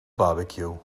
barbecue